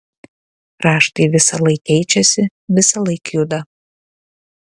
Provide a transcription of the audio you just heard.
raštai visąlaik keičiasi visąlaik juda